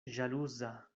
ĵaluza